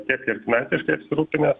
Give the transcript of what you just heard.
tiek ir finansiškai apsirūpinęs